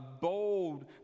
bold